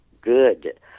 good